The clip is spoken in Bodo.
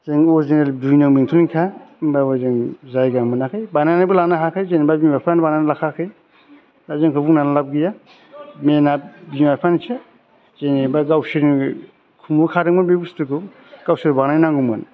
जों अर्जिनेल दुइ नं बेंटलनिनोखा होनबाबो जों जायगा मोनाखै बानायनानैबो लानो हायाखै जेनेबा बिमा बिफायानो बानायनानै लाखायाखै दा जोंखौ बुंनानै लाभ गैया मैनआ बिमा बिफानिसो जेनेबा गावसोर खुंबोखादोंमोन बे बुस्तुखौ गावसोर बानायनांगौमोन